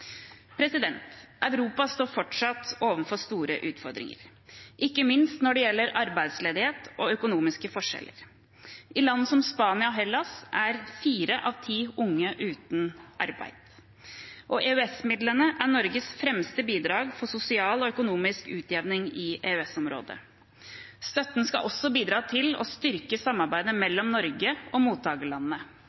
Europa står fortsatt overfor store utfordringer, ikke minst når det gjelder arbeidsledighet og økonomiske forskjeller. I land som Spania og Hellas er fire av ti unge uten arbeid. EØS-midlene er Norges fremste bidrag til sosial og økonomisk utjevning i EØS-området. Støtten skal også bidra til å styrke samarbeidet mellom Norge og mottakerlandene.